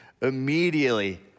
immediately